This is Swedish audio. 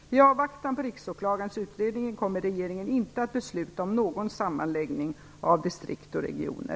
I avvaktan på Riksåklagarens utredning kommer regeringen inte att besluta om någon sammanläggning av distrikt och regioner.